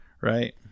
Right